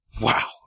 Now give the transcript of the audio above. Wow